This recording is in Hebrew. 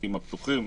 התיקים הפתוחים.